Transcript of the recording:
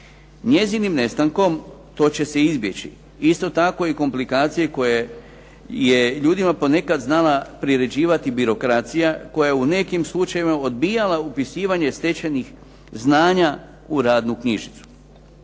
Njezinim nestankom to će se izbjeći. Isto tako i komplikacije koje je ljudima ponekad znala priređivati birokracija koja je u nekim slučajevima odbijala upisivanje stečenih znanja u radnu knjižicu.